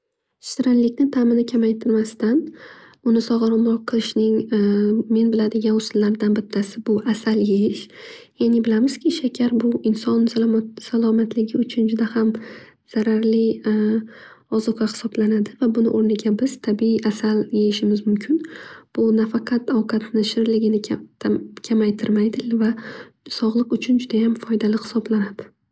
Shirinlikni ta'mini kamaytirmasadan uni sog'lomroq qilishni men biladigan usullaridan biri bu asal yeyish. Yani bilamizki shakar bu inson salomatligi uchun juda ham zararli ozuqa hisoblanadi va buni o'rniga biz tabiy asal yeyishimiz mumkin. Bu nafaqat ovqatni shirinligini kamaytirmaydi va sog'liq uchun judayam foydali hisoblanadi.